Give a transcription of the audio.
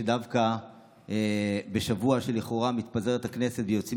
שדווקא בשבוע שלכאורה מתפזרת הכנסת ויוצאים